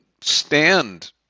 stand